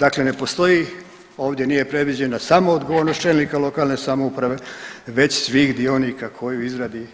Dakle, ne postoji ovdje nije predviđena samo odgovornost čelnika lokalne samouprava već svih dionika koji u izradi,